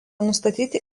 nustatyti